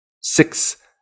six